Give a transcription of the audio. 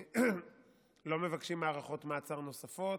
לא מבקשים הארכות מעצר נוספות,